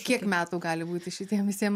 kiek metų gali būti šitiem visiem